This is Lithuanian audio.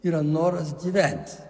yra noras gyvent